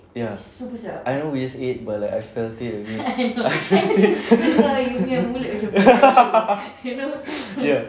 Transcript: ya I don't always eat but I felt it already ya